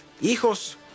hijos